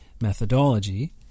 methodology